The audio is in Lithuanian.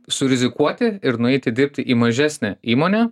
surizikuoti ir nueiti dirbti į mažesnę įmonę